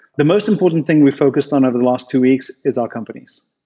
the most important thing we've focused on over the last two weeks is our companies.